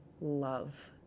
love